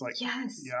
Yes